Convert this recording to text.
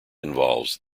involves